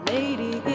Lady